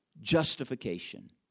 justification